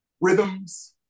rhythms